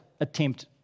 attempt